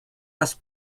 les